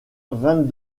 vingt